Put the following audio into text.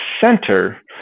center